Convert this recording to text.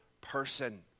person